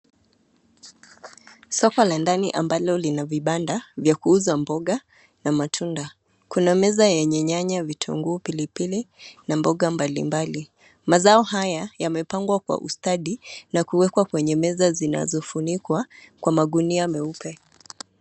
Soko la ndani ambalo lina vibanda vya kuuza mboga, na matunda. Kuna meza yenye nyanya, vitunguu, pilipili na mboga mbalimbali. Mazao haya, yamepangwa kwa ustadi, na kuwekwa kwenye meza zinazofunikwa kwa magunia meupe.